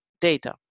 data